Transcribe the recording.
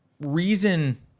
reason